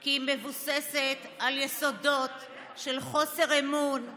כי היא מבוססת על יסודות של חוסר אמון,